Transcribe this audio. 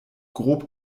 grob